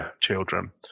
children